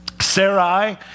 Sarai